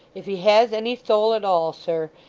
if he has any soul at all, sir,